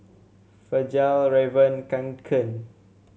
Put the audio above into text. Fjallraven Kanken